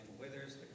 withers